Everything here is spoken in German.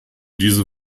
diese